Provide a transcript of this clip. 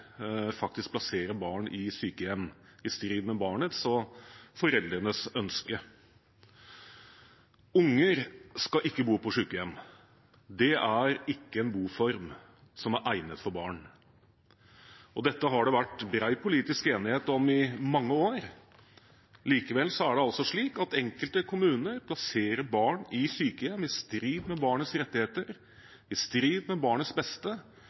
faktisk plasserer barn i sykehjem, i strid med barnets og foreldrenes ønske. Unger skal ikke bo på sykehjem. Det er ikke en boform som er egnet for barn. Dette har det vært bred politisk enighet om i mange år. Likevel er det altså slik at enkelte kommuner plasserer barn i sykehjem, i strid med barnets rettigheter, i strid med barnets beste